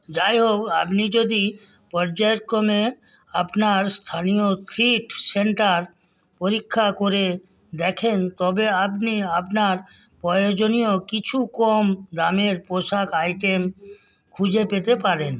যাইহোক আপনি যদি পর্যায়ক্রমে আপনার স্থানীয় থ্রিফ্ট সেন্টার পরীক্ষা করে দেখেন তবে আপনি আপনার প্রয়োজনীয় কিছু কম দামের পোশাক আইটেম খুঁজে পেতে পারেন